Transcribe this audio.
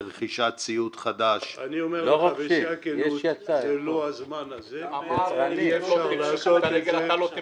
אי אפשר היום לחייב שום משרד לקחת אחריות תקציבית כלשהי,